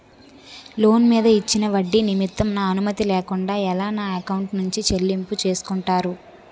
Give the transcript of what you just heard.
Loan మీద ఇచ్చిన ఒడ్డి నిమిత్తం నా అనుమతి లేకుండా ఎలా నా ఎకౌంట్ నుంచి చెల్లింపు చేసుకుంటారు?